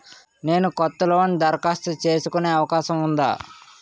నేను కొత్త లోన్ దరఖాస్తు చేసుకునే అవకాశం ఉందా?